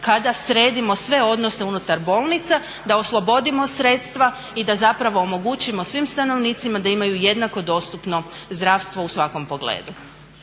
kada sredimo sve odnose unutar bolnica, da oslobodimo sredstva i da zapravo omogućimo svim stanovnicima da imaju jednako dostupno zdravstvo u svakom pogledu.